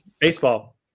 Baseball